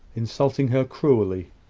insulting her cruelly,